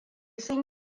sun